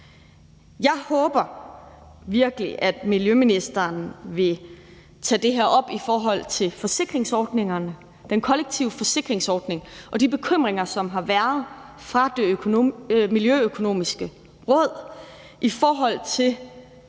Jeg håber virkelig, at miljøministeren vil tage det her op i forhold til den kollektive forsikringsordning og de bekymringer, som har været fra Det Miljøøkonomiske Råd i forhold til